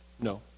No